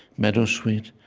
meadowsweet,